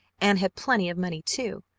and had plenty of money, too,